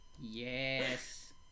Yes